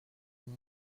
pour